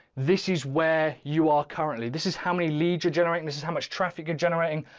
this is where you are currently, this is how many leads you're generating. this is how much traffic you're generating,